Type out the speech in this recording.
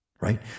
right